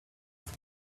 have